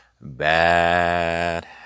bad